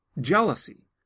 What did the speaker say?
jealousy